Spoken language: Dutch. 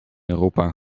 europa